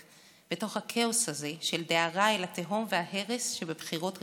בתוך הכאוס הזה של דהרה אל התהום וההרס של בחירות רביעית.